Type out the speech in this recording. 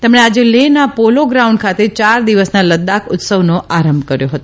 તેમણે આજે લેહના પોલો ગ્રાઉન્ડ ખાતે યાર દિવસના લદાખ ઉત્સવનો આરંભ કર્યો હતો